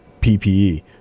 PPE